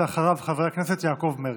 אחריו, חבר הכנסת יעקב מרגי.